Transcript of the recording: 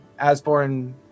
asborn